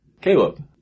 Caleb